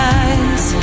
eyes